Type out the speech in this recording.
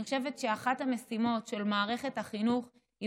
אני חושבת שאחת המשימות של מערכת החינוך היא